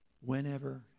Whenever